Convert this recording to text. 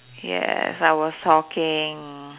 yes I was talking